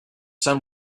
son